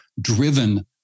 driven